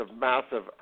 Massive